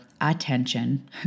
attention